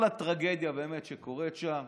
כל הטרגדיה באמת שקורית שם,